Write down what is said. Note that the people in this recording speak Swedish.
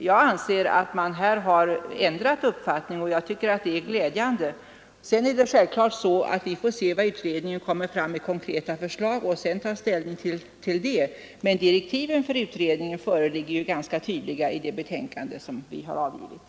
Jag anser att man här har ändrat uppfattning, och jag tycker att det är glädjande. Sedan får vi självfallet se vilka konkreta förslag utredningen kommer med och ta ställning till dem, men direktiven för utredningen föreligger ju ganska tydliga i det betänkande som vi har avgivit.